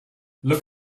look